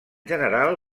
general